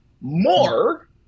more